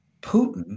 Putin